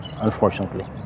unfortunately